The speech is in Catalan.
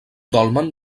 dolmen